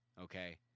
Okay